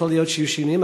יכול להיות שיהיו שינויים,